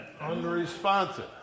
Unresponsive